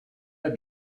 had